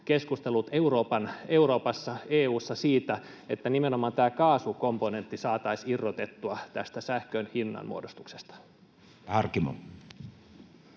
keskustelut Euroopassa, EU:ssa siitä, että nimenomaan tämä kaasukomponentti saataisiin irrotettua tästä sähkön hinnanmuodostuksesta?